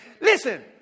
Listen